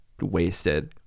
wasted